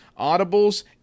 Audibles